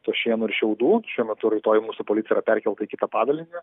to šieno ir šiaudų šiuo metu raitoji mūsų policija yra perkelta į kitą padalinį